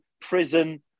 prison